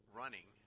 running